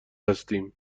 هستیم